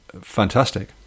fantastic